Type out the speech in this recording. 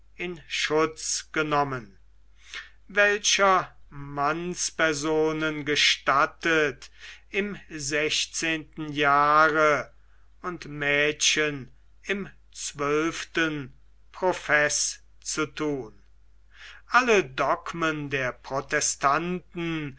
in schutz genommen welcher mannspersonen gestattet im sechzehnten jahre und mädchen im zwölften profeß zu thun alle dogmen der protestanten